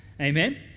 Amen